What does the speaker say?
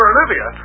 Olivia